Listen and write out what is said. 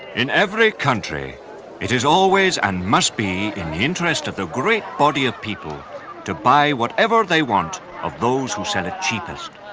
in every country it is always and must be in the interest of the great body of people to buy whatever they want of those who sell it cheapest.